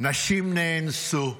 נשים נאנסו,